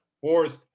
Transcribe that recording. fourth